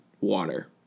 water